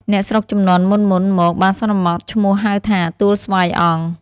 អ្នកស្រុកជំនាន់មុនៗ មក បានសន្មតឈ្មោះហៅថា "ទួលស្វាយអង្គ" ។